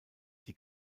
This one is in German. die